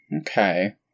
Okay